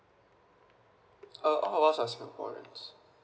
uh all of us are singaporeans